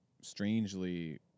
strangely